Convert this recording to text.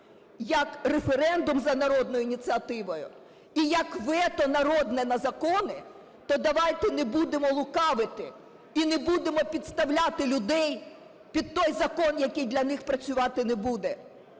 як референдум за народною ініціативою і як вето народне на закони, то давайте не будемо лукавити і не будемо підставляти людей під той закон, який для них працювати не буде.